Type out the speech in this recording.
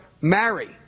marry